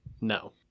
No